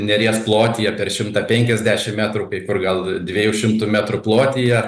neries plotyje per šimtą penkiasdešim metrų kai kur gal dviejų šimtų metrų plotyje